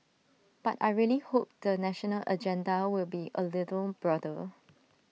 but I really hope the national agenda will be A little broader